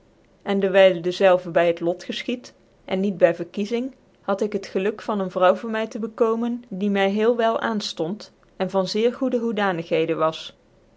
en ccwyl dezelve by het lot gefchied cn niet by verkiezing had ik het geluk van een vrouw voor mv tc bekoomen die my heel wel aanftond cn van zeer goede hoedanigheden was